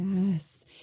Yes